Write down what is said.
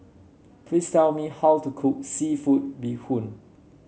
please tell me how to cook seafood Bee Hoon